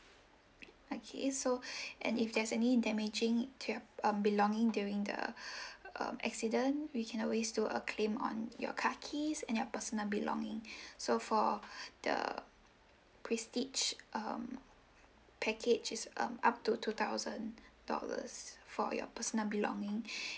okay so and if there's any damaging to your um belonging during the um accident we can always do a claim on your car keys and your personal belonging so for the prestige um package is um up to two thousand dollars for your personal belonging